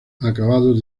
acabados